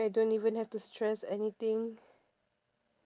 I don't even have to stress anything